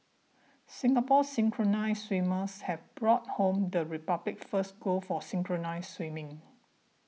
Singapore's synchronised swimmers have brought home the Republic's first gold for synchronised swimming